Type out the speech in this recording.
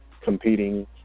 competing